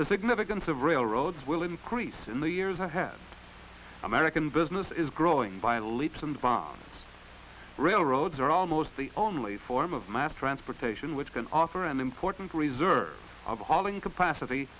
the significance of railroads will increase in the years ahead american business is growing by leaps and bounds railroads are almost the only form of mass transportation which can offer an important reserve of already capacity